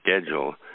schedule